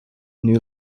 new